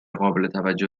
قابلتوجه